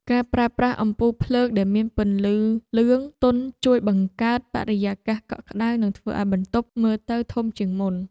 ការប្រើប្រាស់អំពូលភ្លើងដែលមានពន្លឺលឿងទន់ជួយបង្កើតបរិយាកាសកក់ក្តៅនិងធ្វើឱ្យបន្ទប់មើលទៅធំជាងមុន។